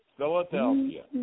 Philadelphia